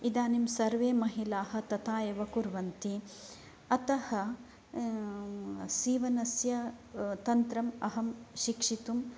इदानीं सर्वे महिलाः तथा एव कुर्वन्ति अतः सीवनस्य तन्त्रम् अहं शिक्षितुं